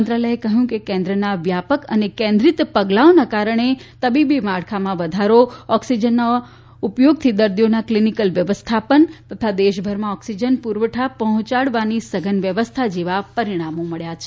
મંત્રાલયે કહ્યું કે કેન્દ્રના વ્યાપક તથા કેન્દ્રીત પગલાંઓના કારણે તબીબી માળખામાં વધારો ઓક્સિજનના ઉપયોગથી દર્દીઓના ક્લીનીકલ વ્યવસ્થાપન તથા દેશભરમાં ઓક્સીજન પૂરવઠા પહોંચાડવાની સઘન વ્યવસ્થા જેવા પરીણામો મબ્યા છે